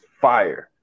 fire